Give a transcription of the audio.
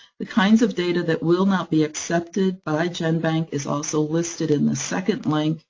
the kinds of data that will not be accepted by genbank is also listed in the second link.